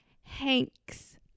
hanks